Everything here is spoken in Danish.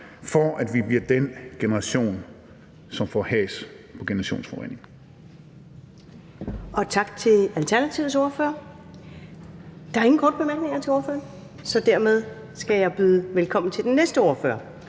på, at vi bliver den generation, som får ryddet op i generationsforureningerne,